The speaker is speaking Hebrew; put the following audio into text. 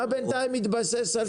אתה בינתיים מתבסס על תרומות של הציבור.